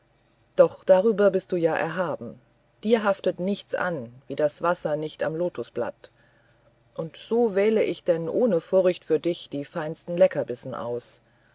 doch darüber bist du ja erhaben dir haftet nichts an wie das wasser nicht am lotusblatt und so wähle ich denn ohne furcht für dich die feinsten leckerbissen aus